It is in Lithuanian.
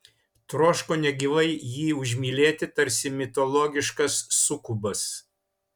troško negyvai jį užmylėti tarsi mitologiškas sukubas